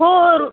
हो र